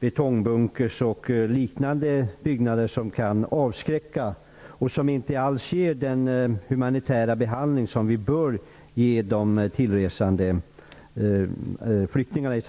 betongbunkrar och liknande byggnader som kan avskräcka och inte alls ger den humanitära behandling som vi bör ge de tillresande flyktingarna.